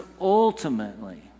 ultimately